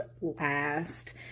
Last